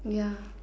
ya